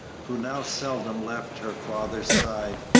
who now seldom left her father's side.